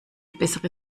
bessere